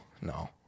no